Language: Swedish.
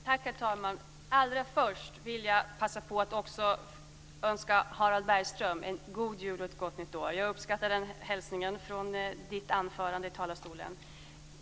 Herr talman! Allra först vill jag passa på att önska Harald Bergström en god jul och ett gott nytt år. Jag uppskattade den hälsningen i Harald Bergströms anförande i talarstolen.